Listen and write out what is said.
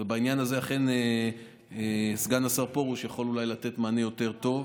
ובעניין הזה אכן סגן השר פרוש יכול אולי לתת מענה יותר טוב.